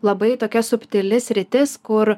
labai tokia subtili sritis kur